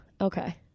Okay